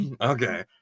Okay